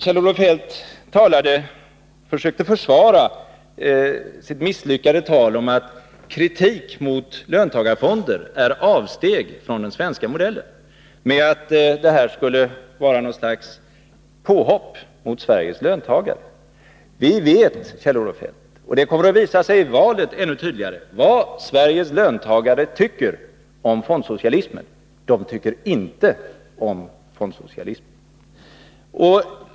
Kjell-Olof Feldt försökte försvara sitt misslyckade tal om att kritik mot löntagarfonder är avsteg från den svenska modellen med att sådan kritik skulle vara något slags påhopp mot Sveriges löntagare. Vi vet, Kjell-Olof Feldt, och det kommer att visa sig ännu tydligare i valet, vad Sveriges löntagare tycker om fondsocialismen. De tycker inte om fondsocialismen.